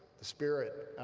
the spirit,